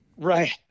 Right